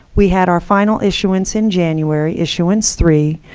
we had our final issuance in january, issuance three,